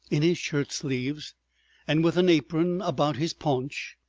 in his shirt-sleeves and with an apron about his paunch,